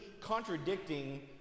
contradicting